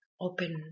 open